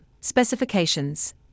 specifications